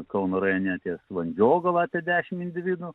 kauno rajone ties vandžiogala apie dešimt individų